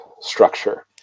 structure